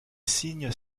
signes